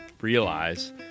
realize